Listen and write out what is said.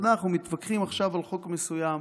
אנחנו מתווכחים עכשיו על חוק מסוים.